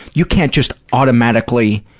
you can't just automatically,